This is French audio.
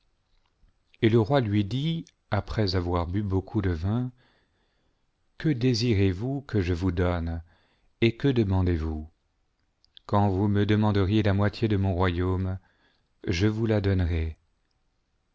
et le roi lui dit après avoir bu beaucoup de vin que désirez-vous que je vous donne et que demandez-vous quand vous me demanderiez la moitié de mon royaume je vous la donnerais